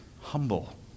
humble